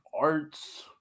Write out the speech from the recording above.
Arts